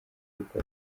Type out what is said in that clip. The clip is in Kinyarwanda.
yuko